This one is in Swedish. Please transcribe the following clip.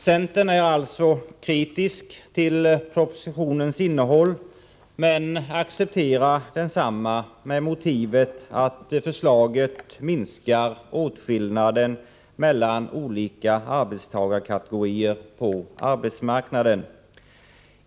Centern är alltså kritisk till propositionens innehåll, men vi accepterar densamma med motivet att förslaget minskar åtskillnaden mellan olika arbetstagarkategorier på arbetsmarknaden.